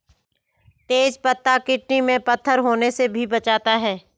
तेज पत्ता किडनी में पत्थर होने से भी बचाता है